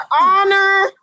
honor